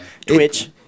Twitch